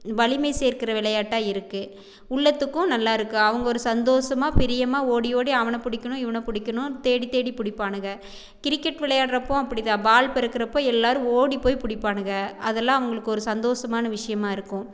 வலிமை சேர்க்கிற விளையாட்டாக இருக்கு உள்ளத்துக்கும் நல்லாருக்கு அவங்க ஒரு சந்தோசமாக பிரியமான ஓடி ஓடி அவனை பிடிக்கணும் இவனை பிடிக்கணும் தேடி தேடி பிடிப்பானுங்க கிரிக்கெட் விளையாட்றப்போவும் அப்படி தான் பால் பெருக்கிறப்போ எல்லாரும் ஓடி போய் பிடிப்பானுங்க அதெல்லாம் அவங்களுக்கு ஒரு சந்தோசமான விஷயமா இருக்கும்